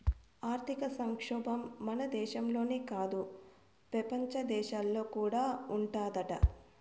ఆర్థిక సంక్షోబం మన దేశంలోనే కాదు, పెపంచ దేశాల్లో కూడా ఉండాదట